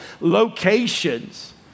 locations